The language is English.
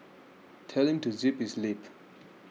tell him to zip his lip